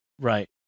Right